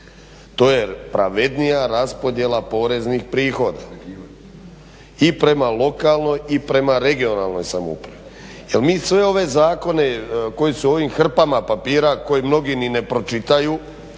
to je pravednija raspodjela poreznih prihoda i prema lokalnoj i prema regionalnoj samoupravi. Jer mi sve ove zakone koji su u ovim hrpama papira, koje mnogi ni ne pročitaju